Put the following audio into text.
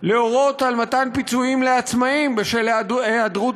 להורות על מתן פיצויים לעצמאים בשל היעדרות